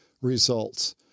results